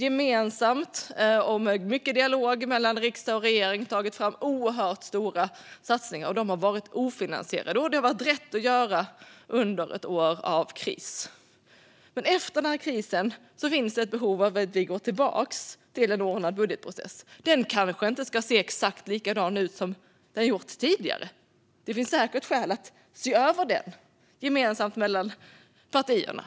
Gemensamt och med mycket dialog mellan riksdag och regering har vi tagit fram oerhört stora satsningar som har varit ofinansierade, och det har varit rätt att göra under ett år av kris. Men efter den här krisen kommer det att finnas ett behov av att gå tillbaka till en ordnad budgetprocess. Den kanske inte ska se exakt likadan ut som den gjort tidigare. Det finns säkert skäl att se över den gemensamt mellan partierna.